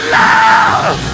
love